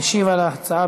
משיב על ההצעה,